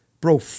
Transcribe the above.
bro